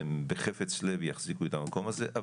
הם בחפץ לב יחזיקו את המקום הזה,